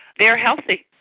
they're healthy.